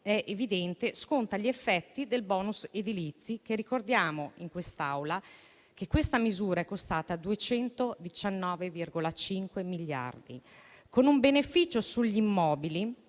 evidentemente gli effetti del *bonus* edilizio. Ricordo in quest'Aula che questa misura è costata 219,5 miliardi, con un beneficio sugli immobili